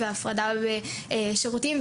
הפרדה בשירותים,